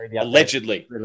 allegedly